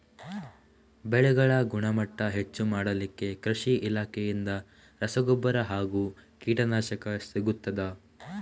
ಬೆಳೆಗಳ ಗುಣಮಟ್ಟ ಹೆಚ್ಚು ಮಾಡಲಿಕ್ಕೆ ಕೃಷಿ ಇಲಾಖೆಯಿಂದ ರಸಗೊಬ್ಬರ ಹಾಗೂ ಕೀಟನಾಶಕ ಸಿಗುತ್ತದಾ?